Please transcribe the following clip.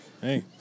Hey